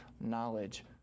knowledge